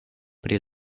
pri